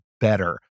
better